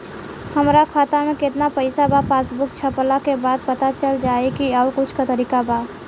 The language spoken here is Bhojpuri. हमरा खाता में केतना पइसा बा पासबुक छपला के बाद पता चल जाई कि आउर कुछ तरिका बा?